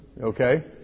Okay